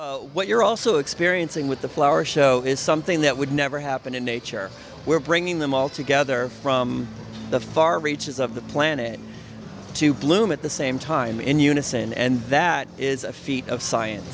say what you're also experiencing with the flower show is something that would never happen in nature we're bringing them all together from the far reaches of the planet to bloom at the same time in unison and that is a feat of science